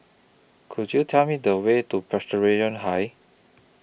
Could YOU Tell Me The Way to Presbyterian High